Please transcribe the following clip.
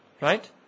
right